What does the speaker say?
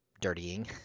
dirtying